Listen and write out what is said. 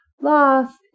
Lost